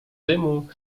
dymu